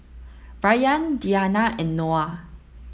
Rayyan Diyana and Noah